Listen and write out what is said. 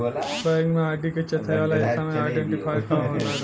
Bank में ID के चौथाई वाला हिस्सा में आइडेंटिफैएर होला का?